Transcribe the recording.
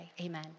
amen